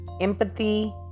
empathy